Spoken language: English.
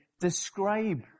describe